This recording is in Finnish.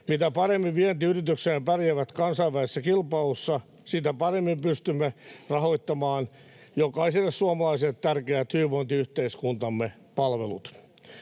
Mitä paremmin vientiyrityksemme pärjäävät kansainvälisessä kilpailussa, sitä paremmin pystymme rahoittamaan jokaiselle suomalaiselle tärkeät hyvinvointiyhteiskuntamme palvelut.